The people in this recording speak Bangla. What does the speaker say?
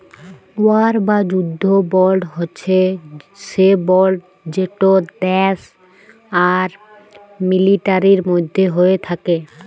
ওয়ার বা যুদ্ধ বল্ড হছে সে বল্ড যেট দ্যাশ আর মিলিটারির মধ্যে হ্যয়ে থ্যাকে